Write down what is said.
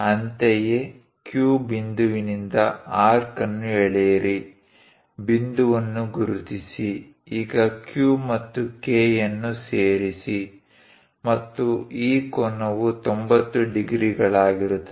ಅಂತೆಯೇ Q ಬಿಂದುವಿನಿಂದ arc ಅನ್ನು ಎಳೆಯಿರಿ ಬಿಂದುವನ್ನು ಗುರುತಿಸಿ ಈಗ Q ಮತ್ತು K ಯನ್ನು ಸೇರಿಸಿ ಮತ್ತು ಈ ಕೋನವು 90 ಡಿಗ್ರಿಗಳಾಗಿರುತ್ತದೆ